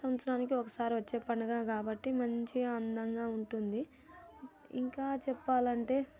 సంత్సరానికి ఒకసారి వచ్చే పండగ కాబట్టి మంచిగా అందంగా ఉంటుంది ఇంకా చెప్పాలంటే